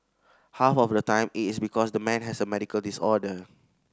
half of the time it is because the man has a medical disorder